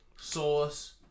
sauce